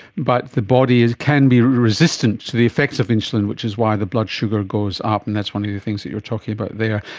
but the body can be resistant to the effects of insulin, which is why the blood sugar goes up and that's one of the things that you are talking about there,